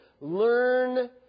Learn